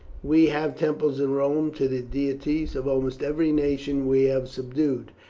we have temples in rome to the deities of almost every nation we have subdued,